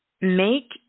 Make